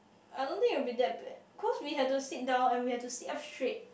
I don't think it will be that bad cause we had to sit down and we had to sit up straight